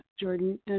Jordan